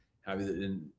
happy